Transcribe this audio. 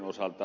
osalta